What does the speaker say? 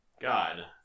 God